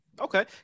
Okay